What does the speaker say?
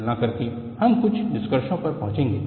तुलना करके हम कुछ निष्कर्षों पर पहुंचेंगे